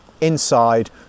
inside